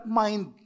mind